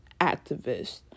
activist